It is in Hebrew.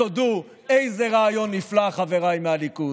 תודו, איזה רעיון נפלא, חבריי מהליכוד.